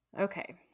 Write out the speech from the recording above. okay